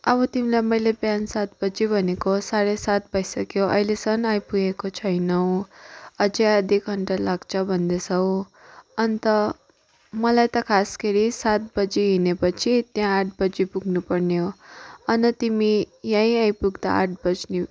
अब तिमीलाई मैले बिहान सात बजी भनेको साढे सात भइसक्यो अहिलेसम्म आइपुगेको छैनौँं अझ आधी घण्टा लाग्छ भन्दैछौ अन्त मलाई त खासखेरि सात बजी हिँडे पछि त्यहाँ आठ बजी पुग्नुपर्ने हो अन्त तिमी यहीँ आइपुग्दा आठ बज्यो